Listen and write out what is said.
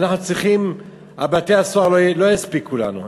בתי-הסוהר לא יספיקו לנו.